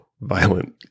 violent